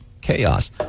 chaos